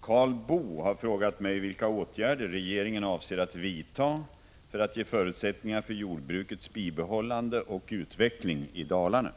Karl Boo har frågat mig vilka åtgärder regeringen avser att vidta för att ge förutsättningar för jordbrukets bibehållande och utveckling i Dalarna.